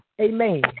Amen